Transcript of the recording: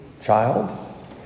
child